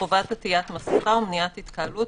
חובת עטיית מסיכה ומניעת התקהלות,